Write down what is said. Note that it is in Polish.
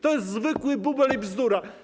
To jest zwykły bubel i bzdura.